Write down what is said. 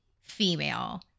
female